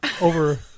over